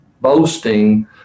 boasting